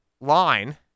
line